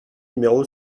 numéro